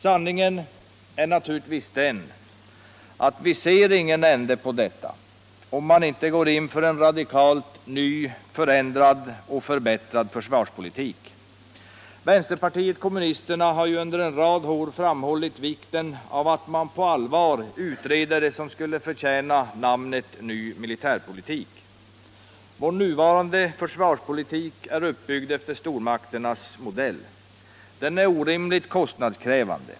Sanningen är naturligtvis den att vi ser ingen ände på detta, om man inte går in för en radikalt ny, förändrad och förbättrad försvarspolitik. Vänsterpartiet kommunisterna har ju under en rad år framhållit vikten av att man på allvar utreder det som skulle förtjäna namnet ny militärpolitik: Vår nuvarande försvarspolitik är uppbyggd efter stormakternas modell. Den är orimligt kostnadskrävande.